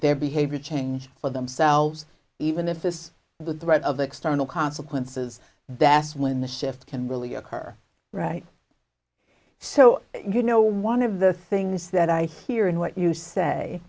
their behavior change for themselves even if this with threat of external consequences best when the shift can really occur right so you know one of the things that i hear and what you say